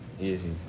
Easy